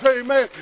Amen